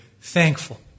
thankful